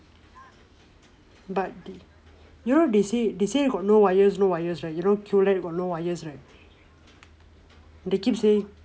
but you know they say they say got no wires no wires right you know QLED got no wires right they keep saying